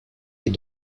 est